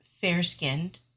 fair-skinned